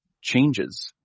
changes